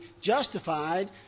justified